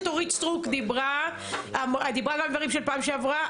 אורית סטרוק ודיברה דברים שנאמו בפעם שעברה,